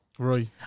Right